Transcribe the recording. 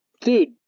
Dude